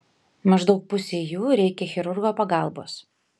maždaug pusei jų reikia chirurgo pagalbos